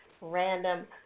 Random